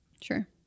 sure